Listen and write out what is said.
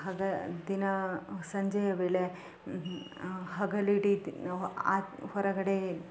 ಆಗ ದಿನಾ ಸಂಜೆಯ ವೇಳೆ ಹಗಲಿಡಿ ಹೊರಗಡೇ